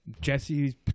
Jesse